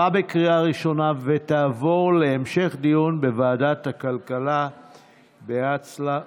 התשפ"ב 2022, לוועדת הכלכלה נתקבלה.